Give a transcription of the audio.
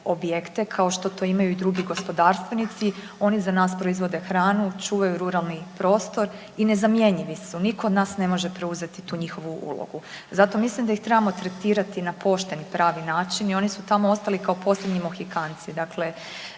objekte kao što to imaju i drugi gospodarstvenici. Oni za nas proizvode hranu, čuvaju ruralni prostor i nezamjenjivi su. Nitko od nas ne može preuzeti tu njihovu ulogu. Zato mislim da ih trebamo tretirati na pošten i pravi način. I oni su tamo ostali kao posljednji Mohikanci. Dakle,